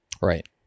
Right